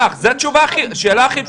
בשנה שעברה היינו באותו המצב,